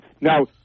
Now